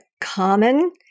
common